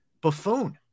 buffoon